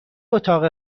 اتاق